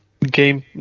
Game